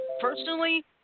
Personally